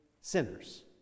sinners